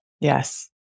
Yes